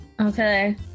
Okay